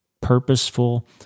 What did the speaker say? purposeful